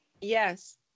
Yes